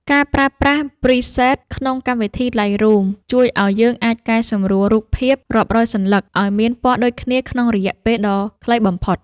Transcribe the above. ការប្រើប្រាស់ ព្រីសេត ក្នុងកម្មវិធី ឡៃរូម ជួយឱ្យយើងអាចកែសម្រួលរូបភាពរាប់រយសន្លឹកឱ្យមានពណ៌ដូចគ្នាក្នុងរយៈពេលដ៏ខ្លីបំផុត។